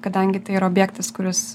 kadangi tai yra objektas kuris